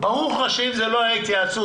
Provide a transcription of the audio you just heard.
ברור לך שאם זאת לא הייתה התייעצות,